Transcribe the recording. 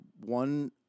one